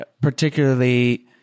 particularly